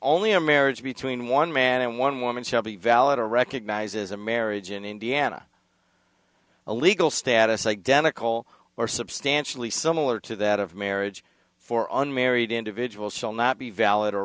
only a marriage between one man and one woman shall be valid or recognized as a marriage in indiana a legal status identical or substantially similar to that of marriage for unmarried individuals shall not be valid or